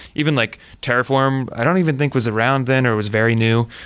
even like terraform i don't even think was around then or was very new.